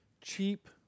cheap